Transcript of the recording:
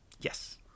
Yes